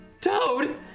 Toad